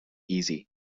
easy